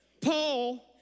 Paul